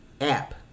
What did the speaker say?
app